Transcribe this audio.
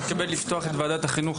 אני מתכבד לפתוח את ועדת החינוך,